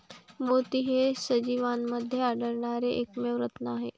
मोती हे सजीवांमध्ये आढळणारे एकमेव रत्न आहेत